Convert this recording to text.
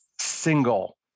single